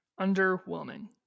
Underwhelming